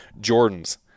Jordan's